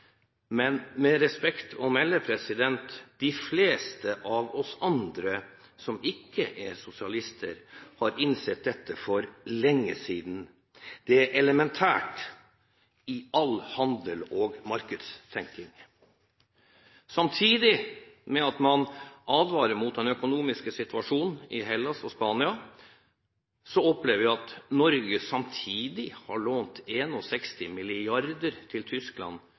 Med respekt å melde: De fleste av oss andre, som ikke er sosialister, har innsett dette for lenge siden. Det er elementært i all handel og markedstenking. Samtidig med at man advarer mot den økonomiske situasjonen i Hellas og Spania, opplever vi at Norge har lånt 61 mrd. kr til Tyskland